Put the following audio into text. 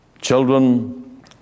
Children